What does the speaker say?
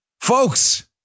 Folks